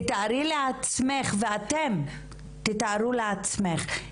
ואת תתארו לעצמכם,